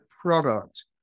product